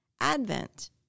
Advent